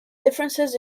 differences